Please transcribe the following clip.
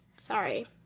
sorry